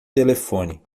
telefone